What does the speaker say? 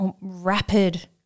rapid